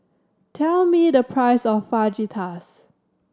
tell me the price of Fajitas